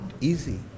easy